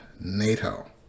NATO